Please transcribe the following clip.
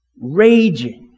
raging